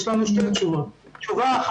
יש לנו שתי תשובות: א',